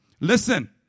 Listen